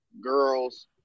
girls